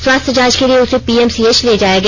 स्वास्थ्य जॉच के लिए उसे पीएमसीएच ले जाया गया